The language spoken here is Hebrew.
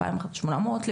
אלפיים שמונה מאות,